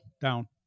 down